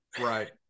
Right